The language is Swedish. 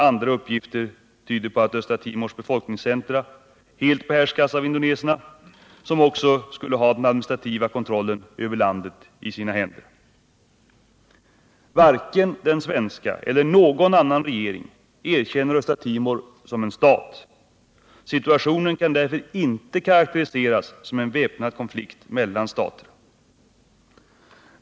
Andra uppgifter tyder på att Östra Timors befolkningscentra helt behärskas av indonesierna som också skulle ha den administrativa kontrollen över landet i sina händer. Varken den svenska eller någon annan regering erkänner Östra Timor som en stat. Situationen kan därför inte karakteriseras som en väpnad konflikt mellan stater.